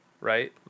right